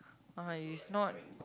uh is not